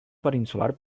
peninsular